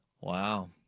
Wow